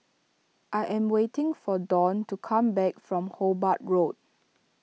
I am waiting for Dawn to come back from Hobart Road